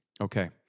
Okay